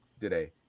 today